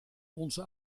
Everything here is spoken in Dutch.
onze